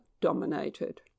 dominated